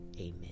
Amen